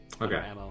Okay